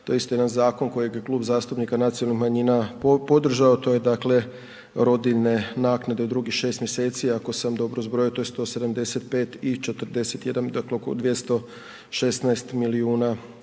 to je isto jedan zakon kojeg je Klub zastupnika nacionalnih manjina podržao, to je dakle rodiljne naknade u drugih 6. mjeseci ako sam dobro zbrojio, to je 175 i 41, dakle oko 216 milijuna